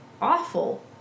awful